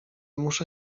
muszę